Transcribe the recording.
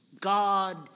God